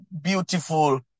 beautiful